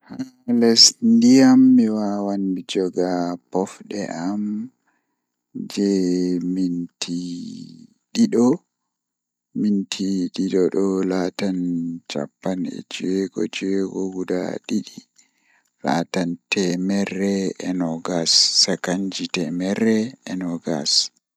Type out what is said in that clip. Haa less ndiyan mi wawan mi joga pofde am jei minti dido minti didi laatan cappan e jweego jweego gud didi laata temerre e nogas sekan temmere e nogas.